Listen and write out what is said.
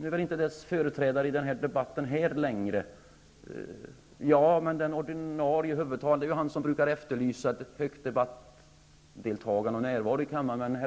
Nu är väl Ny demokratis företrädare i den här debatten inte här längre. Han brukar efterlysa ett högt debattdeltagande och en hög närvaro i kammaren. Det